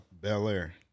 Bel-Air